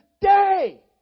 day